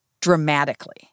dramatically